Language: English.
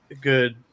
good –